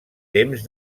temps